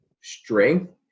strength